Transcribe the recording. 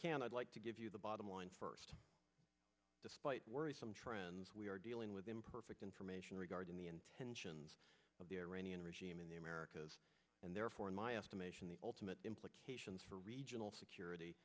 can i'd like to give you the bottom line first despite worrisome trends we are dealing with imperfect information regarding the intentions of the iranian regime in the americas and therefore in my estimation the ultimate implications for regional security